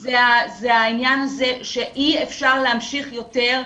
זה העניין הזה שאי אפשר להמשיך יותר,